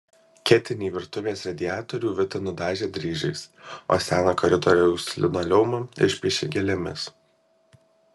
ketinį virtuvės radiatorių vita nudažė dryžiais o seną koridoriaus linoleumą išpiešė gėlėmis